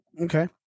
Okay